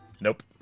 Nope